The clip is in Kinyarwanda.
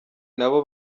nabo